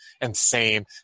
insane